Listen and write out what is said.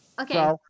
Okay